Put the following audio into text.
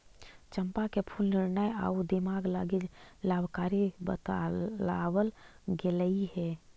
चंपा के फूल निर्णय आउ दिमाग लागी लाभकारी बतलाबल गेलई हे